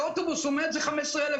אני מסכימה שאפשר להיערך